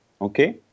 Okay